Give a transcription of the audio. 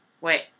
Wait